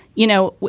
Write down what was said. you know,